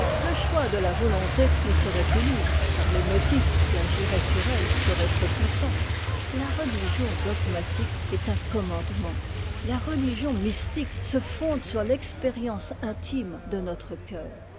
le choix de la volonté ne serait plus libre car les motifs qui agiraient sur elle seraient trop puissants la religion dogmatique est un commandement la religion mystique se fonde sur l'expérience intime de notre coeur